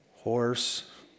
Horse